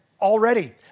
already